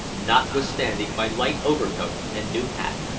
notwithstanding my light overcoat and new hat.